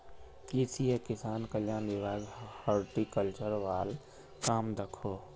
कृषि एवं किसान कल्याण विभाग हॉर्टिकल्चर वाल काम दखोह